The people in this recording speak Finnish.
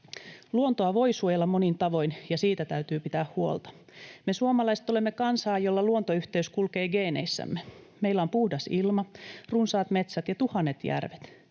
Luontoa voi suojella monin tavoin, ja siitä täytyy pitää huolta. Me suomalaiset olemme kansaa, jolla luontoyhteys kulkee geeneissä. Meillä on puhdas ilma, runsaat metsät ja tuhannet järvet.